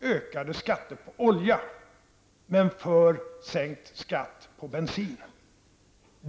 ökade skatter på olja men för sänkt skatt på bensin.